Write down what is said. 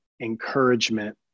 encouragement